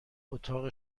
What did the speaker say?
اتاق